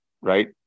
Right